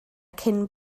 cyn